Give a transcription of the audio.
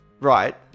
Right